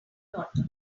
daughter